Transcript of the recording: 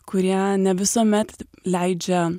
kurie ne visuomet leidžia